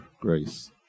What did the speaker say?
grace